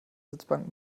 sitzbank